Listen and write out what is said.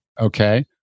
Okay